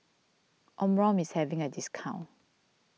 Omron is having a discount